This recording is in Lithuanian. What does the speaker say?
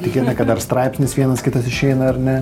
tikėtina kad dar straipsnis vienas kitas išeina ar ne